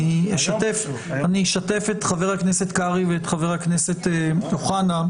אני אשתף את חבר הכנסת קרעי ואת חבר הכנסת אוחנה.